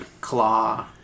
Claw